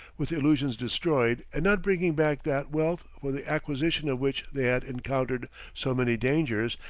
with illusions destroyed, and not bringing back that wealth, for the acquisition of which they had encountered so many dangers,